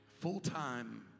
full-time